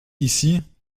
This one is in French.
ici